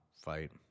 fight